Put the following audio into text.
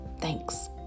Thanks